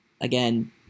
again